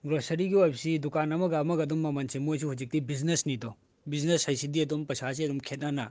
ꯒ꯭ꯔꯣꯁꯔꯤꯒꯤ ꯑꯣꯏꯕꯁꯤ ꯗꯨꯀꯥꯟ ꯑꯃꯒ ꯑꯃꯒ ꯑꯗꯨꯝ ꯃꯃꯜꯁꯦ ꯃꯣꯏꯁꯨ ꯍꯧꯖꯤꯛꯇꯤ ꯕꯤꯖꯤꯅꯦꯁꯅꯤꯗꯣ ꯕꯤꯖꯤꯅꯦꯁ ꯍꯥꯏꯁꯤꯗꯤ ꯑꯗꯨꯝ ꯄꯩꯁꯥꯁꯤ ꯑꯗꯨꯝ ꯈꯦꯠꯅꯅ